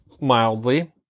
mildly